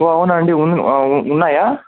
అవునండి ఉన్నాయా